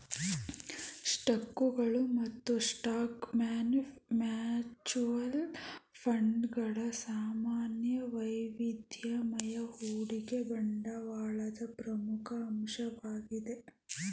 ಸ್ಟಾಕ್ಗಳು ಮತ್ತು stock mutual fund ಗಳ ಸಾಮಾನ್ಯ ವೈವಿಧ್ಯಮಯ ಹೂಡಿಕೆ ಬಂಡವಾಳದ ಪ್ರಮುಖ ಅಂಶವಾಗಿದೆ